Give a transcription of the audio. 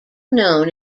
known